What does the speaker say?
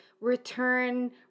return